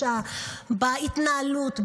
בהתנהלות,